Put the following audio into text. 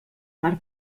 per